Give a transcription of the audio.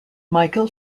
michael